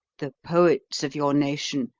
the poets of your nation,